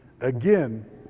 again